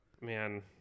man